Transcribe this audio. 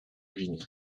ruiné